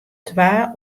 twa